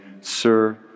Sir